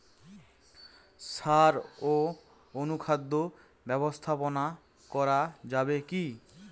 সাড় ও অনুখাদ্য ব্যবস্থাপনা করা যাবে কি?